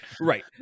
Right